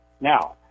Now